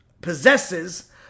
possesses